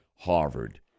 Harvard